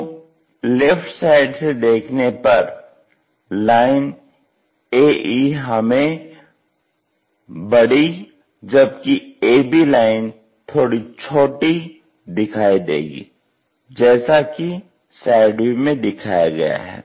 तो left side से देखने पर लाइन AE हमें बड़ी जबकि AB लाइन थोड़ी छोटी दिखाई देगी जैसा कि साइड व्यू में दिखाया गया है